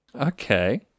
Okay